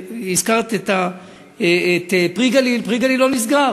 הזכרת את "פרי הגליל"; "פרי הגליל" לא נסגר.